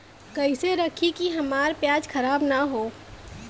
कइसे रखी कि हमार प्याज खराब न हो?